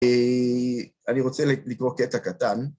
אה... אני רוצה לקרוא קטע קטן.